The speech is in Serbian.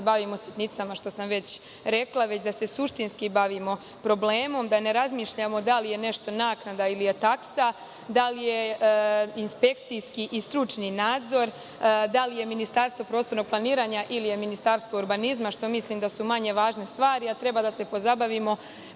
da se suštinski bavimo problemom, da ne razmišljamo da li je nešto naknada ili je taksa, da li je inspekcijski i stručni nadzor, da li je Ministarstvo prostornog planiranja ili je Ministarstvo urbanizma, što mislim da su manje važne stvari, a treba da se pozabavimo